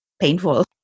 painful